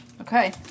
Okay